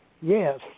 Yes